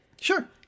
Sure